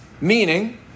meaning